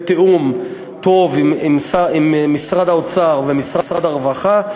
בתיאום טוב עם משרד האוצר ומשרד הרווחה,